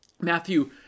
Matthew